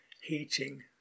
heating